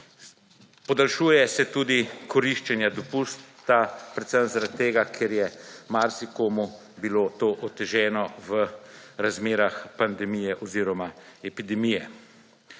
Podaljšuje se tudi koriščenje dopusta, predvsem zaradi tega, ker je marsikomu bilo to oteženo v razmerah pandemije oziroma epidemije.